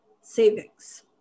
savings